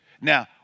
Now